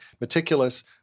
meticulous